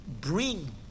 bring